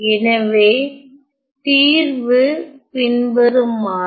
எனவே தீர்வு பின்வருமாறு